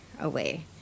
away